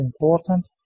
important